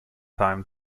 time